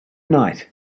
night